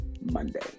Monday